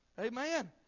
amen